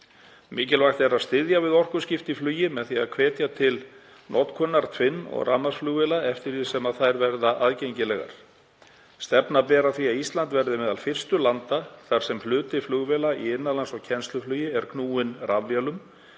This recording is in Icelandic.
Mikilvægt er að styðja við orkuskipti í flugi með því að hvetja til notkunar tvinn- og rafmagnsflugvéla eftir því sem þær verða aðgengilegar. Stefna ber að því að Ísland verði meðal fyrstu landa þar sem meiri hluti flugvéla í innanlands- og kennsluflugi er knúinn rafvélum